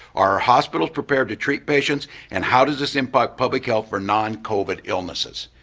are hospitals prepared to treat patients, and how does this impact public health for non-covid illnesses?